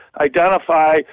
identify